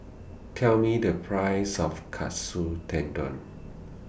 Tell Me The Price of Katsu Tendon